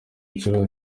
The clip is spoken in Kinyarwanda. inshuro